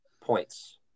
Points